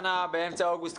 באמצע חודש אוגוסט,